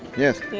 yes,